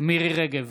מירי מרים רגב,